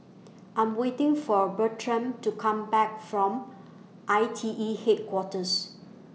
I Am waiting For Bertram to Come Back from I T E Headquarters